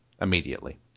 immediately